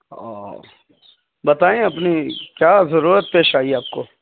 اور بتائیں اپنی کیا ضرورت پیش آئی آپ کو